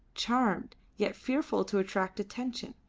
charmed, yet fearful to attract attention.